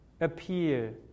appear